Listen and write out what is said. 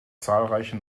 zahlreiche